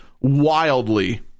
wildly